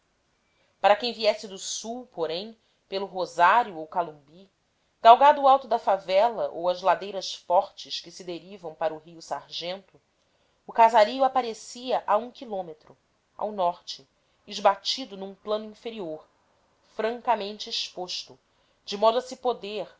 para quem viesse do sul porém pelo rosário ou calumbi galgado o alto da favela ou as ladeiras fortes que se derivam para o rio sargento o casario aparecia a um quilômetro ao norte esbatido num plano inferior francamente exposto de modo a se poder